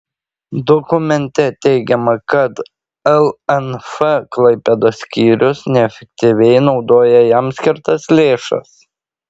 dokumente teigiama kad lnf klaipėdos skyrius neefektyviai naudojo jam skirtas lėšas